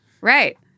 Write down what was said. Right